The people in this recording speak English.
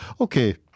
okay